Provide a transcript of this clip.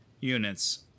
units